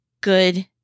good